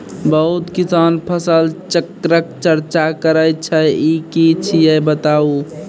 बहुत किसान फसल चक्रक चर्चा करै छै ई की छियै बताऊ?